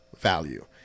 value